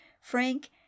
Frank